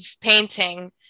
painting